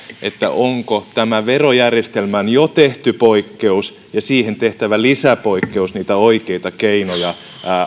ovatko tämä verojärjestelmään jo tehty poikkeus ja siihen tehtävä lisäpoikkeus niitä oikeita keinoja